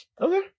okay